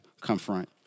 confront